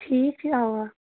ٹھیٖک چھُ آ